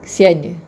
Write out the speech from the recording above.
kesian dia